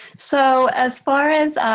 so as far as,